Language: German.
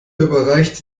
überreichte